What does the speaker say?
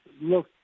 look